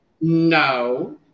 No